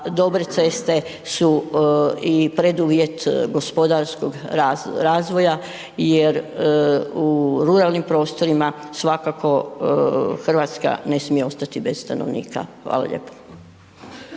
dobre ceste su i preduvjet gospodarskog razvoja jer u ruralnim prostorima svakako RH ne smije ostati bez stanovnika. Hvala lijepo.